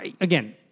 again